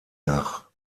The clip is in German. nach